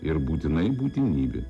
ir būtinai būtinybė